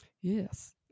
yes